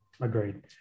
agreed